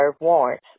warrants